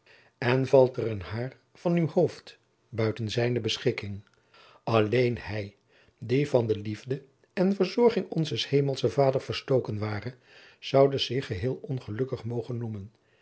en valt er een hair van uw hoofd buiten zijne beschikking alleen hij die van de liefde en verzorging onzes hemelschen vaders verstoken ware zoude zich geheel ongelukkig mogen noemen